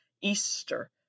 Easter